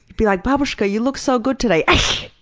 be like, babushka, you look so good today. ashhe!